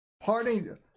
parting